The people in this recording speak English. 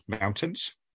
mountains